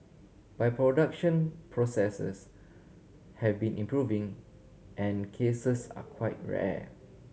but production processes have been improving and cases are quite rare